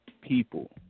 people